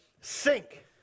sink